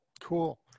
Cool